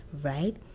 right